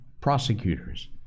prosecutors